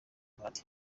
bahati